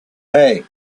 hey